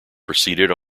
proceeded